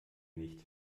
nicht